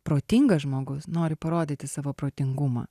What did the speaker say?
protingas žmogus nori parodyti savo protingumą